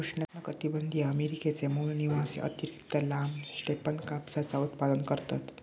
उष्णकटीबंधीय अमेरिकेचे मूळ निवासी अतिरिक्त लांब स्टेपन कापसाचा उत्पादन करतत